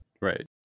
Right